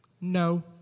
No